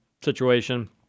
situation